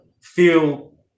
Feel